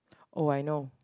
oh I know